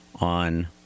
on